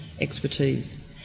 expertise